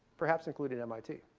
perhaps including mit.